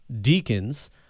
deacons